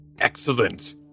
Excellent